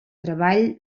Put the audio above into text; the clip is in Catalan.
treball